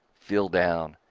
fill down,